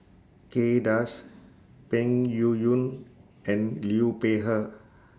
Kay Das Peng Yuyun and Liu Peihe